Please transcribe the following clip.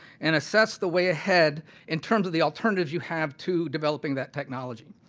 and assess the way ahead in terms of the alternatives you have two developing that technology.